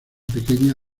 pequeña